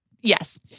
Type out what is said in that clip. Yes